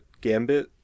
Gambit